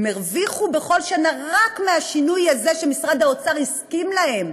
הרוויחו בכל שנה רק מהשינוי הזה שמשרד האוצר הסכים להם,